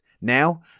Now